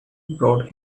brought